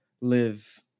live